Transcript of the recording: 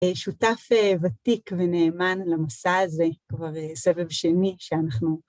שותף ותיק ונאמן למסע הזה כבר סבב שני שאנחנו..